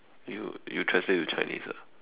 you you translate to Chinese ah